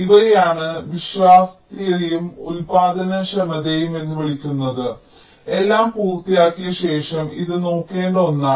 ഇവയെയാണ് വിശ്വാസ്യതയും ഉൽപാദനക്ഷമതയും എന്ന് വിളിക്കുന്നത് എല്ലാം പൂർത്തിയാക്കിയ ശേഷം ഇത് നോക്കേണ്ട ഒന്നാണ്